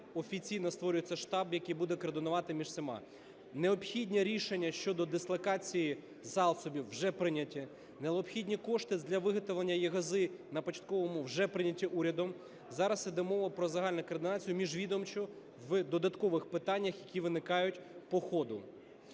офіційно створюється штаб, який буде координувати між всіма. Необхідні рішення щодо дислокації засобів вже прийняті. Необхідні кошти для виготовлення єгози на початковому вже прийняті урядом. Зараз йде мова про загальну координацію міжвідомчу в додаткових питаннях, які виникають по ходу.